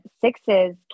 sixes